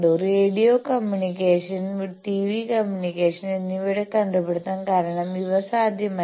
radio radio communication TV communication എന്നിവയുടെ കണ്ടുപിടുത്തം കാരണം ഇവ സാധ്യമായി